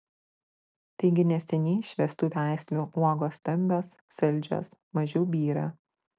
taigi neseniai išvestų veislių uogos stambios saldžios mažiau byra